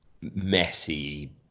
messy